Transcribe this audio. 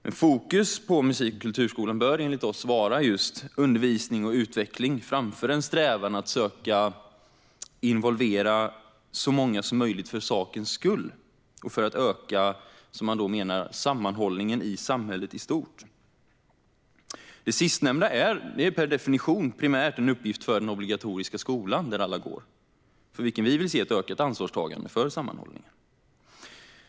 Fokus när det gäller musik och kulturskolan bör enligt oss vara just undervisning och utveckling framför en strävan att söka involvera så många som möjligt för sakens skull och för att öka, som man då menar, sammanhållningen i samhället i stort. Det sistnämnda är per definition primärt en uppgift för den obligatoriska skolan, där alla går och där vi vill se ett ökat ansvarstagande för sammanhållningen.